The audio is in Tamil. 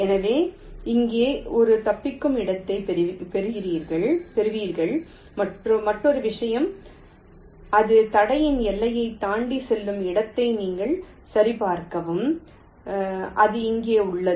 எனவே இங்கே ஒரு தப்பிக்கும் இடத்தைப் பெறுவீர்கள் மற்றொரு விஷயம் அது தடையின் எல்லையைத் தாண்டிச் செல்லும் இடத்தை நீங்கள் சரிபார்க்கவும் அது இங்கே உள்ளது